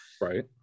right